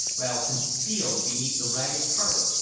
while concealed beneath the ragged carpet,